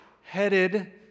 headed